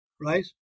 right